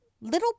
little